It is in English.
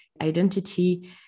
identity